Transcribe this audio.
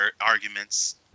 arguments